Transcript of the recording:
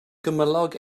gymylog